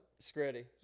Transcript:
Screddy